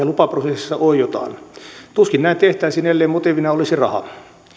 lupaprosessissa oiotaan tuskin näin tehtäisiin ellei motiivina olisi raha